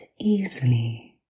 easily